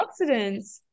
antioxidants